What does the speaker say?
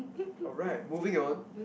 alright moving on